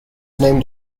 named